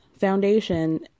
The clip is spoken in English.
foundation